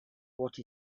what